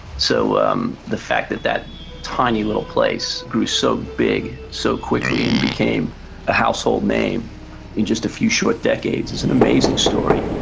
so um the fact that that tiny little place grew so big so quickly and became a household name in just a few short decades is an amazing story,